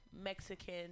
Mexican